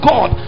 God